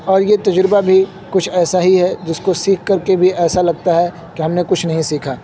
اور یہ تجربہ بھی کچھ ایسا ہی ہے جس کو سیکھ کر کے بھی ایسا لگتا ہے کہ ہم نے کچھ نہیں سیکھا